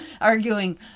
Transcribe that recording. Arguing